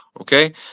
Okay